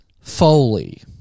Foley